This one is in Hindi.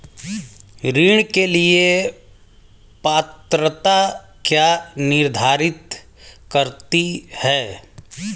ऋण के लिए पात्रता क्या निर्धारित करती है?